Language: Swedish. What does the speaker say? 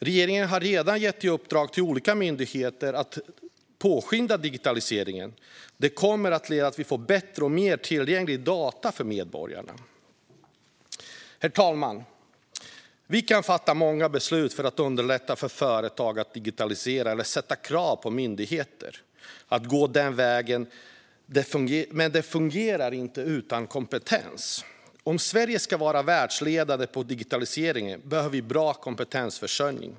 Regeringen har redan gett olika myndigheter i uppdrag att påskynda digitaliseringen. Det kommer att leda till att vi får bättre och mer tillgängliga data för medborgarna. Herr talman! Vi kan fatta många beslut om att underlätta för företag att digitalisera eller ställa krav på myndigheter att gå den vägen, men det fungerar inte utan kompetens. Om Sverige ska vara världsledande inom digitaliseringen behöver vi ha bra kompetensförsörjning.